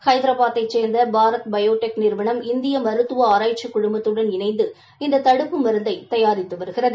ஹைதராபாத்தைச் சோ்ந்த Bharat Biotech நிறுவனம் இந்திய மருத்துவ ஆராய்ச்சிக் குழுமத்துடன் இணைந்து இந்த தடுப்பு மருந்தை தயாரித்து வருகிறது